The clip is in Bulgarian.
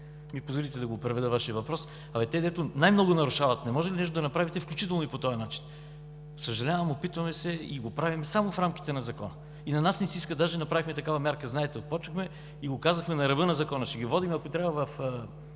ми позволите да преведа Вашия въпрос: „Тези, дето най-много нарушават, не може ли да направим нещо, включително и по този начин?“. Съжалявам, опитваме се и го правим само в рамките на Закона. И на нас ни се иска, даже направихме такава мярка, знаете, отпочнахме и го казахме на ръба на Закона ще ги водим, ако трябва в